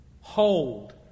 Hold